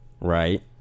Right